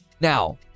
Now